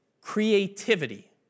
creativity